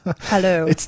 Hello